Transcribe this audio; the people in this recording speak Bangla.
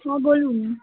হ্যাঁ বলুন